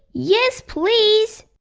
yes please!